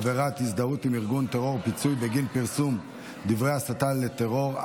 עבירת הזדהות עם ארגון טרור ופיצוי בגין פרסום דברי הסתה לטרור),